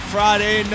Friday